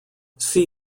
see